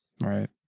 Right